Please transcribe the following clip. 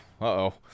uh-oh